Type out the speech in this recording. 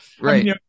Right